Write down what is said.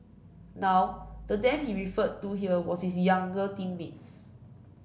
now the them he referred to here was his younger teammates